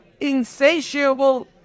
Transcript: insatiable